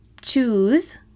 choose